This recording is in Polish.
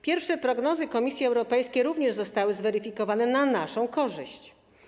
Pierwsze prognozy Komisji Europejskiej również zostały zweryfikowane na naszą korzyść.